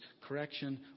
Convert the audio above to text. correction